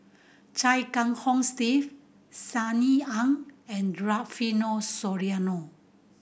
Chia Kiah Hong Steve Sunny Ang and Rufino Soliano